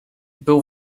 był